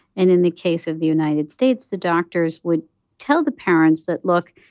and in the case of the united states, the doctors would tell the parents that, look,